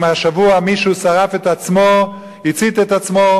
הנה, השבוע מישהו שרף את עצמו, הצית את עצמו.